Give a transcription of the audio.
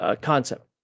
concept